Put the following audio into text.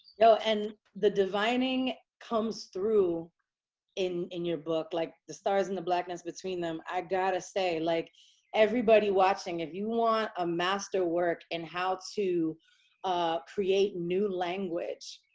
yo, and the divining comes through in in your book like the stars and the blackness between them. i gotta say, like everybody watching, if you want a master work in how to create new language,